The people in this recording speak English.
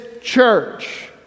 church